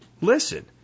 listen